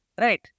Right